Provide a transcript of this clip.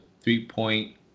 three-point